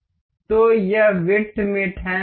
तो यह विड्थ मेट है